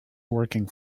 working